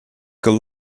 good